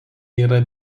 yra